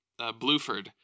Bluford